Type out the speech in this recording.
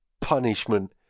punishment